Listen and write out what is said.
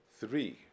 Three